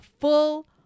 full